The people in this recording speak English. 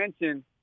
mention